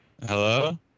Hello